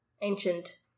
ancient